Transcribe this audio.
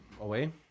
away